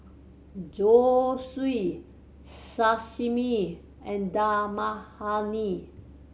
Zosui Sashimi and Dal Makhani